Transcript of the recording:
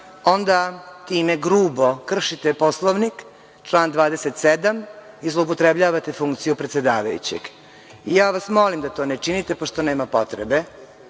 onda time grubo kršite Poslovnik, član 27. i zloupotrebljavate funkciju predsedavajućeg. Molim vas da to ne činite, pošto nema potrebe.